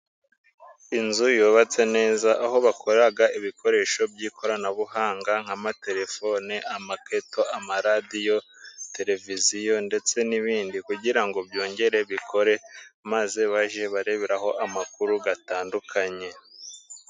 Inzu yubatse neza, aho bakora ibikoresho by'ikoranabuhanga: nk'amatelefone, amaketo, amaradiyo, televiziyo ndetse n'ibindi, Kugira ngo byongere bikore maze bajye bareberaho amakuru atandukanye.